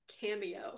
cameo